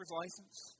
license